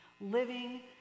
living